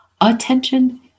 attention